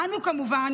אנו כמובן